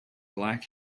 black